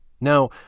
Now